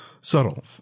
subtle